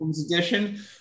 edition